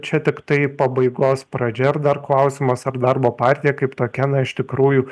čia tiktai pabaigos pradžia ir dar klausimas ar darbo partija kaip tokia na iš tikrųjų